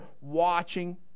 watching